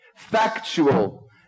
factual